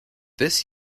this